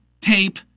tape